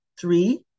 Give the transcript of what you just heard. three